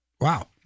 Wow